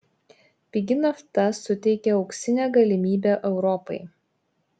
pigi nafta suteikia auksinę galimybę europai